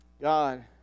God